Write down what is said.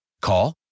Call